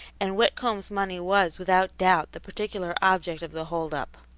and whitcomb's money was without doubt the particular object of the hold-up.